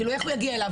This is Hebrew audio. כאילו איך להגיע אליו?